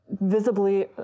visibly